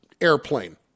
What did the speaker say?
airplane